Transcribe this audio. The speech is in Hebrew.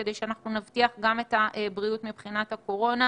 כדי שנבטיח בריאות גם מבחינת הקורונה,